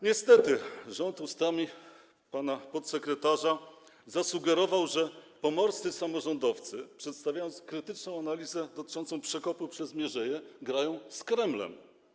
Niestety rząd ustami pana podsekretarza zasugerował, że pomorscy samorządowcy, przedstawiając krytyczną analizę dotyczącą przekopu przez mierzeję, grają z Kremlem.